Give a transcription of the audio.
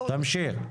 תמשיך.